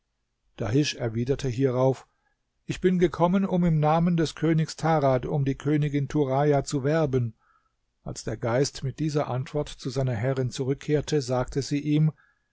dahisch erwiderte hierauf ich bin gekommen um im namen des königs tarad um die königin turaja zu werben als der geist mit dieser antwort zu seiner herrin zurückkehrte sagte sie ihm